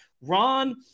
Ron